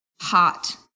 hot